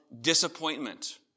disappointment